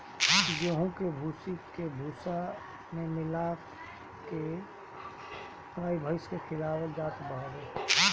गेंहू के भूसी के भूसा में मिला के गाई भाईस के खियावल जात हवे